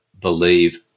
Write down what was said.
believe